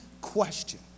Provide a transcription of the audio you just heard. question